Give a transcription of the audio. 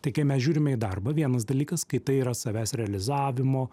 tai kai mes žiūrime į darbą vienas dalykas kai tai yra savęs realizavimo